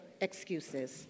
Excuses